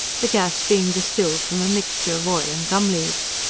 the gas being distilled from a mixture of oil and gum-leaves.